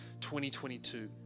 2022